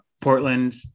Portland